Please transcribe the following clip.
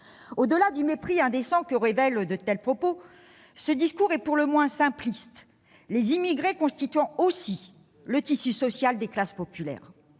Au-delà du mépris indécent que révèlent de tels propos, ce discours est pour le moins simpliste, les immigrés constituant aussi le tissu social des classes populaires.